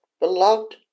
Beloved